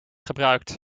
gebruikt